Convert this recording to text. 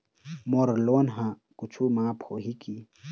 मोर loan हा कुछू माफ होही की?